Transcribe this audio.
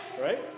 right